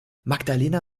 magdalena